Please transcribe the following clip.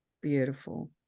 beautiful